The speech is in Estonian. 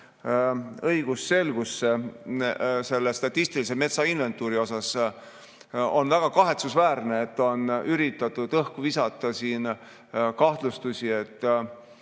õigusselguse statistilise metsainventuuri osas. On väga kahetsusväärne, et on üritatud õhku visata kahtlusi, et